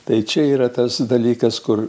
tai čia yra tas dalykas kur